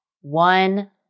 one